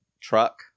truck